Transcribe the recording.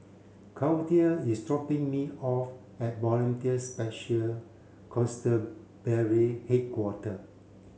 Claudie is dropping me off at Volunteer Special Constabulary Headquarter